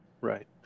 Right